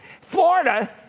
Florida